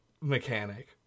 mechanic